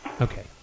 Okay